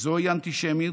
זוהי אנטישמיות.